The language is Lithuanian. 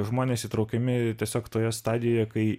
žmonės įtraukiami tiesiog toje stadijoje kai